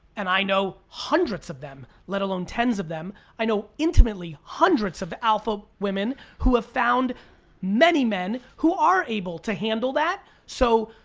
and i know hundreds of them, let alone tens of them, i know intimately, hundreds of alpha women, who have found many men who are able to handle that. so,